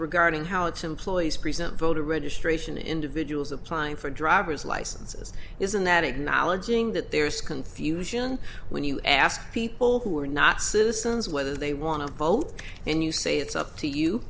regarding how it's employees present voter registration individuals applying for driver's licenses isn't that acknowledging that there is confusion when you ask people who are not citizens whether they want to vote and you say it's up to you